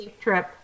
trip